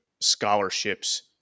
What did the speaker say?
scholarships